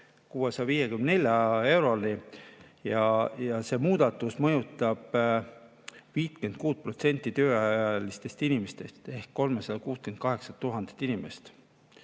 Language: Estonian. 654 euroni. See muudatus mõjutab 56% tööealistest inimestest ehk 368 000 inimest.